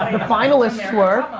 finalists were,